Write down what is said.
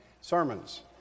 sermons